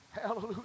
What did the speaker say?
hallelujah